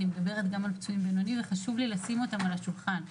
אני מדברת גם על פצועים בינוני וחושב לי לשים אותם על השולחן.